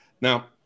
Now